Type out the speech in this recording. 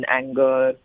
anger